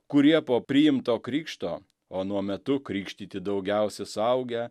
kurie po priimto krikšto anuo metu krikštyti daugiausia suaugę